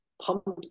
pumps